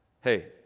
Hey